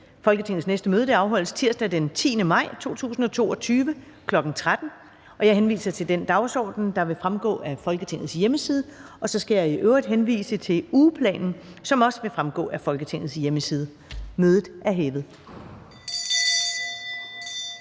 Folketingets næste møde afholdes tirsdag den 10. maj 2022, kl. 13.00. Jeg henviser til den dagsorden, der vil fremgå af Folketingets hjemmeside. Og så skal jeg i øvrigt henvise til ugeplanen, som også vil fremgå af Folketingets hjemmeside. Mødet er hævet.